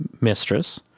mistress